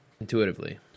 Intuitively